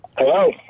Hello